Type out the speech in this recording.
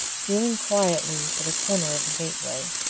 feeling quietly for the corner of the gateway,